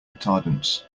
retardants